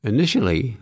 Initially